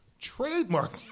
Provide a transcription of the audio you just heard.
Trademark